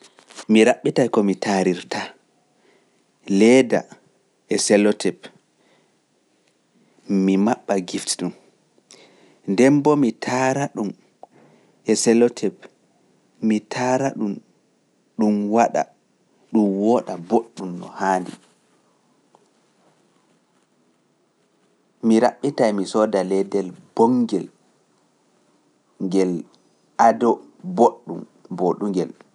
Mi raɓɓetay ko mi taarirta, leeda e seloteb, mi maɓɓa gift ɗum, nden boo mi taara ɗum e seloteb, mi taara ɗum, ɗum wooɗa boɗɗum no haandi. Mi raɓɓitay mi sooda leedel boongel ngel ado boɗɗum boɗungel.